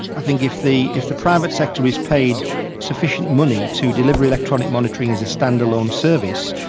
i think if the if the private sector is paid sufficient money to deliver electronic monitoring as a standalone service,